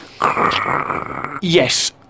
Yes